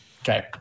Okay